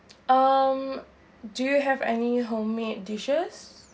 um do you have any homemade dishes